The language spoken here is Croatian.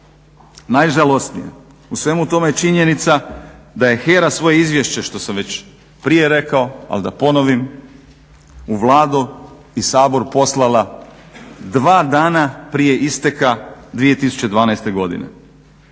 Najžalosnije u svemu tome je činjenica da je HERA svoje izvješće, što sam već prije rekao ali da ponovim, u Vladu i Sabor poslala 2 dana prije isteka 2012. godine.